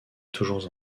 toujours